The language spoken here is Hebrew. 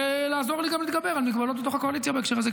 ולעזור לי גם להתגבר על מגבלות בתוך הקואליציה בהקשר הזה,